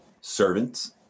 Servants